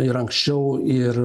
ir anksčiau ir